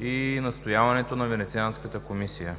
и настояването на Венецианската комисия.